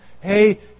Hey